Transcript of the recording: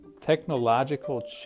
technological